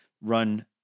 run